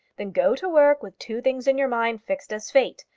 then go to work with two things in your mind fixed as fate.